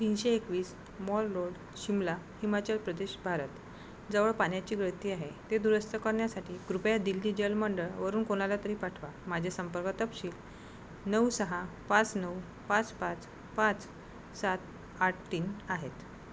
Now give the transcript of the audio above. तीनशे एकवीस mall road Shimla Himachal Pradesh Bharat जवळ पाण्याची गळती आहे ते दुरुस्त करण्यासाठी कृपया दिल्ली जलमंडळवरून कोणाला तरी पाठवा माझे संपर्क तपशील नऊ सहा पाच नऊ पाच पाच पाच सात आठ तीन आहेत